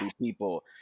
people